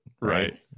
Right